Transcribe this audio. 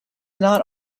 not